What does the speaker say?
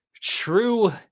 true